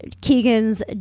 Keegan's